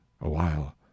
awhile